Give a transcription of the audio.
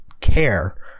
care